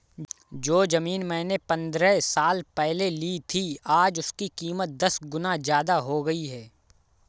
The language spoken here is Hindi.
जो जमीन मैंने पंद्रह साल पहले ली थी, आज उसकी कीमत दस गुना जादा हो गई है